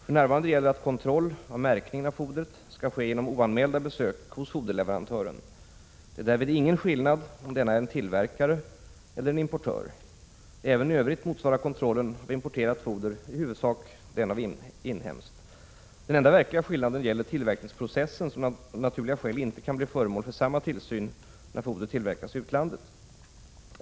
För närvarande gäller att kontroll av märkningen av fodret skall ske genom oanmälda besök hos foderleverantören. Det är därvid ingen skillnad om denne är en tillverkare eller en importör. Även i övrigt motsvarar kontrollen av importerat foder i huvudsak den av inhemskt. Den enda verkliga skillnaden gäller tillverkningsprocessen, som av naturliga skäl inte kan bli föremål för samma tillsyn när fodret tillverkas i utlandet.